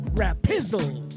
rapizzle